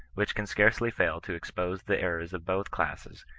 which can scarcely fail to expose the errors of both classes,